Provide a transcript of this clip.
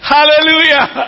Hallelujah